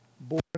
born